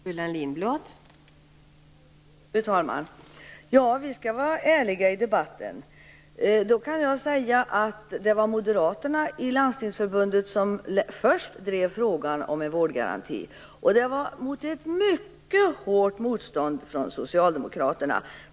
Fru talman! Ja, vi skall vara ärliga i debatten. Det var Moderaterna i Landstingsförbundet som först drev frågan om en vårdgaranti, och det var mot ett mycket hårt motstånd från Socialdemokraterna.